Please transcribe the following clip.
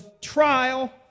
trial